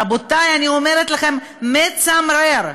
רבותי, אני אומרת לכם: מצמרר.